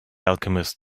alchemist